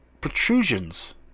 protrusions